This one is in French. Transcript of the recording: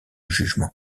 jugement